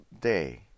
day